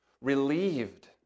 relieved